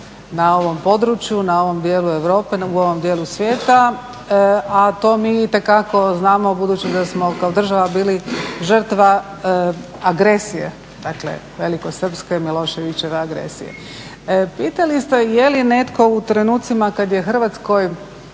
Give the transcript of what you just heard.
na ovome području, na ovom dijelu Europe, u ovom dijelu svijeta, a to mi itekako znamo budući da smo kao država bili žrtva agresije velikosrpske Miloševićeve agresije. Pitali ste jeli netko u trenucima kada je Hrvatskoj